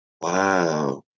Wow